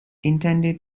intended